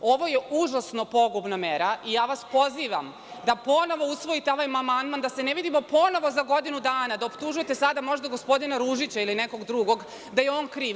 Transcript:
Ovo je užasno pogubna mera i ja vas pozivam da ponovo usvojite ovaj amandman, da se ne vidimo ponovo za godinu dana, da optužujete sada možda gospodina Ružića ili nekog drugog da je on kriv.